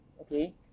okay